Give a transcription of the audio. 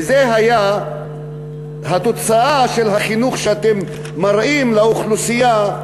וזה התוצאה של החינוך שאתם מראים לאוכלוסייה,